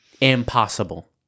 Impossible